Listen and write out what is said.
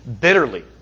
bitterly